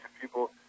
people